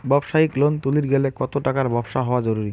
ব্যবসায়িক লোন তুলির গেলে কতো টাকার ব্যবসা হওয়া জরুরি?